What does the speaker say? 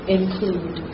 include